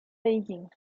beijing